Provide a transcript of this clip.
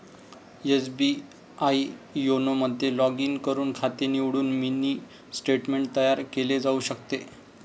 SBI YONO मध्ये log in करून खाते निवडून मिनी स्टेटमेंट तयार केले जाऊ शकते